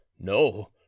no